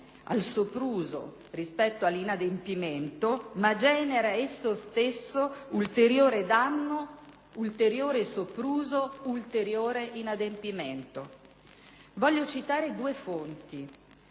Voglio citare due fonti,